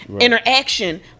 interaction